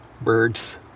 Birds